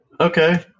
Okay